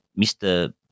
Mr